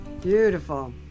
Beautiful